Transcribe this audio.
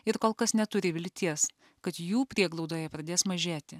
ir kol kas neturi vilties kad jų prieglaudoje pradės mažėti